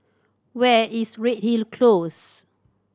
where is Redhill Close